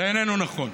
זה איננו נכון.